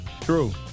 True